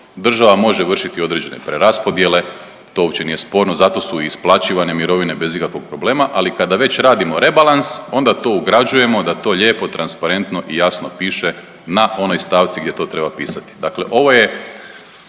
država može vršiti određene preraspodijele, to uopće nije sporno, zato su i isplaćivane mirovine bez ikakvog problema, ali kada već radimo rebalans, onda to ugrađujemo da to lijepo, transparentno i jasno piše na onoj stavci gdje to treba pisati. Dakle ovo je